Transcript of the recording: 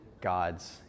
God's